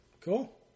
Cool